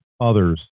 others